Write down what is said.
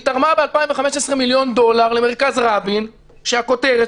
היא תרמה ב-2015 מיליון דולר למרכז רבין שהכותרת